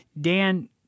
dan